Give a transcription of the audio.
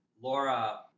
Laura